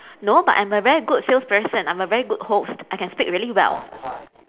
no but I'm a very good salesperson I'm a very good host I can speak really well